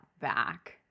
back